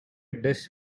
dish